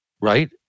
right